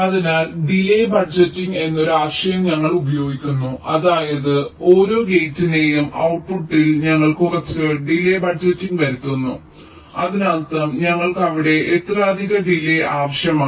അതിനാൽ delay budgeting എന്നൊരു ആശയം ഞങ്ങൾ ഉപയോഗിക്കുന്നു അതായത് ഓരോ ഗേറ്റിന്റെയും ഔട്ട്പുട്ടിൽ ഞങ്ങൾ കുറച്ച് ഡിലേയ് ബജറ്റിംഗ് വരുത്തുന്നു അതിനർത്ഥം ഞങ്ങൾക്ക് അവിടെ എത്ര അധിക ഡിലേയ് ആവശ്യമാണ്